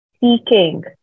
seeking